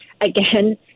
Again